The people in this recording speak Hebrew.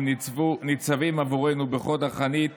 הם ניצבים עבורנו בחוד החנית